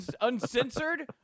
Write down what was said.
Uncensored